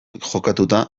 jokatuta